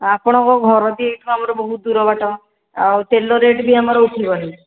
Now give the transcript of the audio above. ଆପଣଙ୍କ ଘର ବି ଏଇଠୁ ଆମର ବହୁତ ଦୂର ବାଟ ଆଉ ତେଲ ରେଟ୍ ବି ଆମର ଉଠିବନି